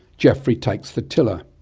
geoffrey takes the tiller.